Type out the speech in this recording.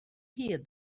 hear